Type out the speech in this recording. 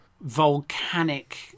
volcanic